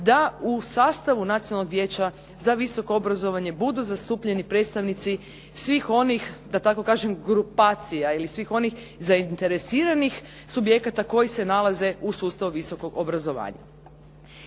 da u sastavu Nacionalnog vijeća za visoko obrazovanje budu zastupljeni predstavnici svih onih, da tako kažem grupacija ili svih onih zainteresiranih subjekata koji se nalaze u sustavu visokog obrazovanja.